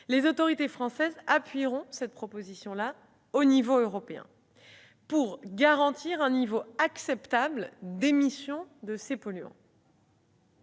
Les autorités françaises appuieront cette proposition au niveau européen, afin de garantir un niveau acceptable d'émission de ces polluants.